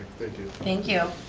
thank you.